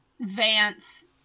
Vance